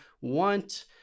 want